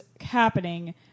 happening